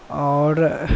आओर